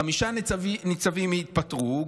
חמישה ניצבים התפטרו,